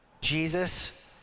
Jesus